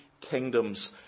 kingdoms